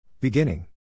Beginning